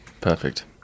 Perfect